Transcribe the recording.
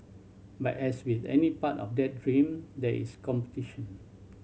but as with any part of that dream there is competition